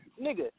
nigga